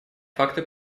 факты